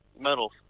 medals